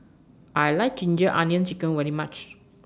I like Ginger Onions Chicken very much